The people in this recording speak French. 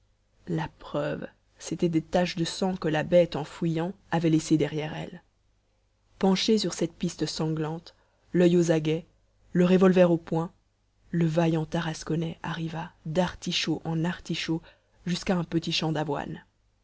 la preuve c'étaient des taches de sang que la bête en fuyant avait laissées derrière elle penché sur cette piste sanglante l'oeil aux aguets le revolver au poing le vaillant tarasconnais arriva d'artichaut en artichaut jusqu'à un petit champ d'avoine